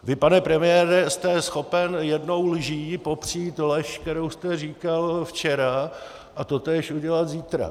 Vy, pane premiére, jste schopen jednou lží popřít lež, kterou jste říkal včera, a totéž udělat zítra.